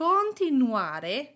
Continuare